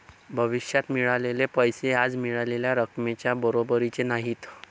भविष्यात मिळालेले पैसे आज मिळालेल्या रकमेच्या बरोबरीचे नाहीत